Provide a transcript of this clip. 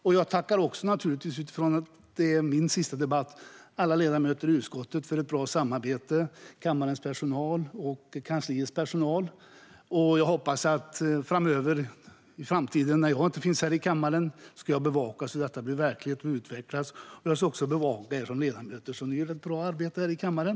Eftersom detta är min sista debatt tackar jag också alla ledamöter i utskottet för ett bra samarbete, liksom kammarens och kansliets personal. I framtiden, när jag inte finns här i kammaren, hoppas jag kunna bevaka så att detta blir verklighet och utvecklas. Jag ska också bevaka er som ledamöter så att ni gör ett bra arbete här i kammaren.